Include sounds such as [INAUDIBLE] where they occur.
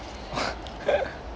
[LAUGHS]